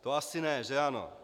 To asi ne, že ano?